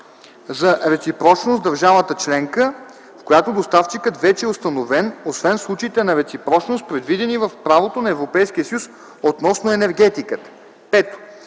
за реципрочност с държавата членка, в която доставчикът вече е установен, освен в случаите на реципрочност, предвидени в правото на Европейския съюз относно енергетиката;